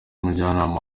umujyanama